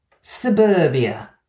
Suburbia